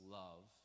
love